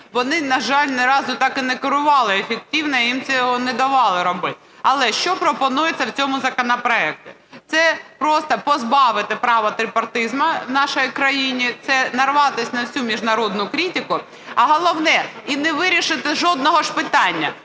вони, на жаль, ні разу так і не керували ефективно, їм цього не давали робити. Але, що пропонується в цьому законопроекті? Це просто позбавити права трипартизму в нашій країні, це нариватися на всю міжнародну критику, а головне і не вирішити жодного питання.